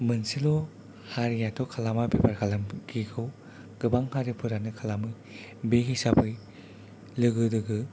मोनसेल' हारियाथ' खालामा बेफार फालांगिखौ गोबां हारिफोरानो खालामो बे हिसाबै लोगो दोगो